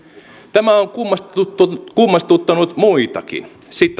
tämä on kummastuttanut kummastuttanut muitakin